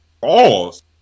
balls